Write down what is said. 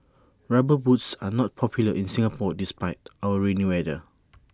rubber boots are not popular in Singapore despite our rainy weather